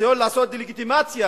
בניסיון לעשות דה-לגיטימציה